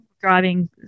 driving